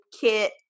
kit